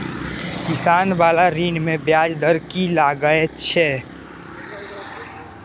किसान बाला ऋण में ब्याज दर कि लागै छै?